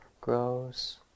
grows